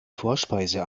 vorspeise